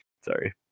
Sorry